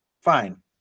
fine